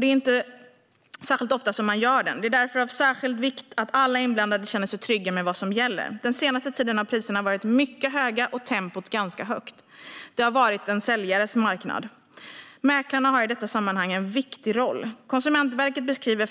Det är inte särskilt ofta man gör det. Det är därför av särskild vikt att alla inblandade känner sig trygga med vad som gäller. Den senaste tiden har priserna varit mycket höga och tempot ganska högt. Det har varit en säljarens marknad. Mäklarna har i detta sammanhang en viktig roll. Konsumentverket beskriver